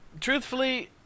truthfully